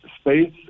space